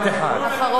אחרון חביב.